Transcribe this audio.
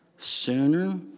sooner